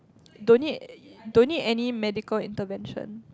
donate donate any medical intervention